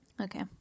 Okay